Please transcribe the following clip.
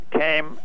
came